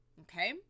Okay